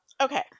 Okay